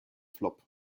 flop